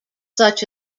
such